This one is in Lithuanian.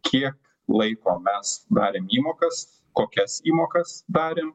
kiek laiko mes darėm įmokas kokias įmokas darėm